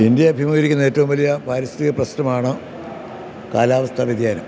India അഭിമുഖീകരിക്കുന്ന ഏറ്റവും വലിയ പാരിസ്ഥിക പ്രശ്നമാണ് കാലാവസ്ഥാ വ്യതിയാനം